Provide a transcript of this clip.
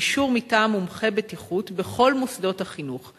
אישור מטעם מומחה בטיחות בכל מוסדות החינוך,